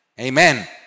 Amen